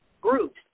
groups